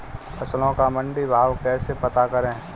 फसलों का मंडी भाव कैसे पता करें?